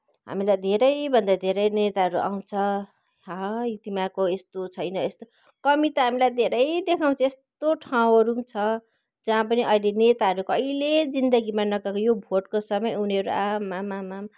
हामीलाई धेरैभन्दा धेरै नेताहरू आउँछ है तिमीहरूको यस्तो छैन यस्तो कमी त हामीलाई धेरै देखाउँछ यस्तो ठाउँहरू पनि छ जहाँ पनि अहिले नेताहरू कहिले जिन्दगीमा नगएको यो भोटको समय उनीहरू आमामामामा